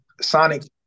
Sonic